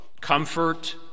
Comfort